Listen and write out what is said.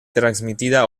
transmitida